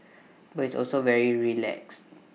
but it's also very relaxed